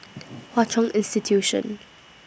Hwa Chong Institution